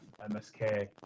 msk